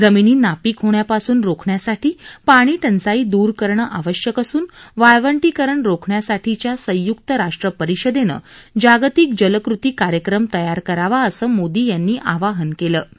जमिनी नापीक होण्यापासून रोखण्यासाठी पाणीटंचाई दूर करणं आवश्यक असून वाळवंटीकरण रोखण्यासाठीच्या संयुक्त राष्ट्र परिषदर्शी जागतिक जलकृती कार्यक्रम तयार करावा असं मोदी असं आवाहन मोदी यांनी यावछी कलि